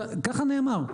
ככה נאמר.